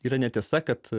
yra netiesa kad